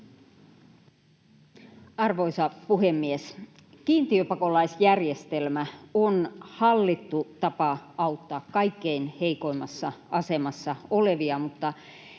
Arvoisa puhemies! Kiintiöpakolaisjärjestelmä on hallittu tapa auttaa kaikkein heikoimmassa asemassa olevia, mutta